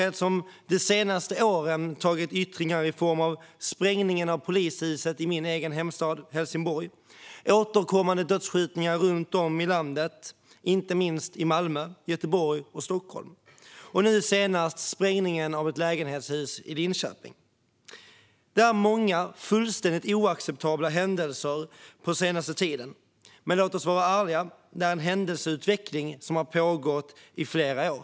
Detta har de senaste åren tagit sig yttringar i form av sprängningen av polishuset i min egen hemstad Helsingborg, återkommande dödsskjutningar runt om i landet - inte minst i Malmö, Göteborg och Stockholm - och nu senast sprängningen av ett lägenhetshus i Linköping. Det har inträffat många fullständigt oacceptabla händelser på den senaste tiden, men låt oss vara ärliga: Det är en händelseutveckling som har pågått i flera år.